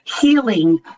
healing